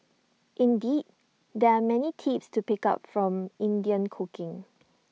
indeed there are many tips to pick up from Indian cooking